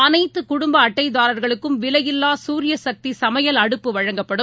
அனைத்துகுடுப்பஅட்டைதாரா்களுக்கும் விலையில்லாசூரியசக்திசமையல் அடுப்பு வழங்கப்படும்